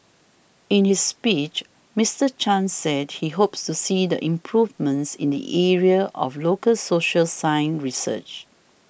in his speech Mister Chan said he hopes to see the improvements in the area of local social science research